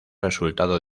resultado